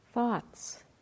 Thoughts